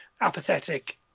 apathetic